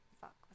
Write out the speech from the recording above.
fuck